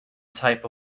type